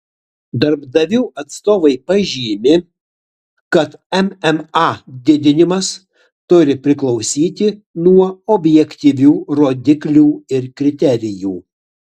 darbdavių atstovai pažymi kad mma didinimas turi priklausyti nuo objektyvių rodiklių ir kriterijų